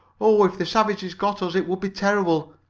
oh, if the savages got us it would be terrible!